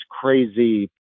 crazy